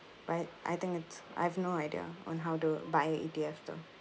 but I think it's I've no idea on how to buy a E_T_F though